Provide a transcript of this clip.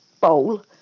bowl